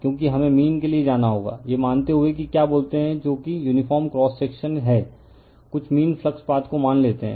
क्योंकि हमें मीन के लिए जाना होगा यह मानते हुए कि क्या बोलते है जो कि यूनिफार्म क्रॉस सेक्शन है कुछ मीन फ्लक्स पाथ को मान लेते हैं